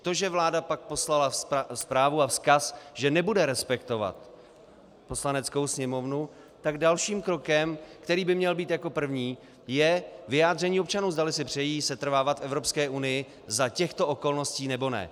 To, že vláda pak poslala zprávu a vzkaz, že nebude respektovat Poslaneckou sněmovnu, tak dalším krokem, který by měl být jako první, je vyjádření občanů, zdali si přejí setrvávat v Evropské unii za těchto okolností, nebo ne.